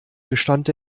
gestand